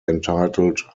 entitled